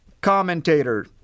commentator